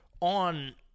on